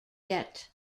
debt